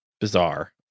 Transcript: bizarre